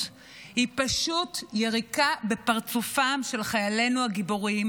היא פשוט יריקה בפרצופם של חיילינו הגיבורים,